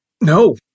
No